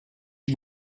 qui